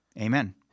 Amen